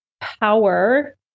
power